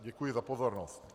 Děkuji za pozornost.